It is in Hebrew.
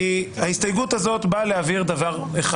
כי ההסתייגות הזאת באה להבהיר דבר אחד